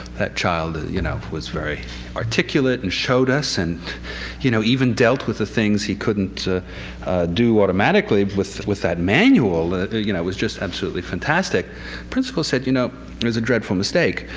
that child you know was very articulate and showed us and you know even dealt with the things he couldn't do automatically with with that manual. it you know was just absolutely fantastic. the principal said, you know there's a dreadful mistake,